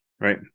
right